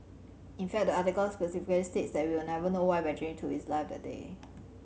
in fact the article specifically states that we will never know why Benjamin took his life that day